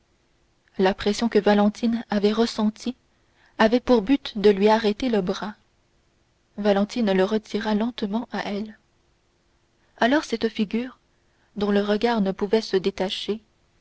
la pression que valentine avait ressentie avait pour but de lui arrêter le bras valentine le retira lentement à elle alors cette figure dont le regard ne pouvait se détacher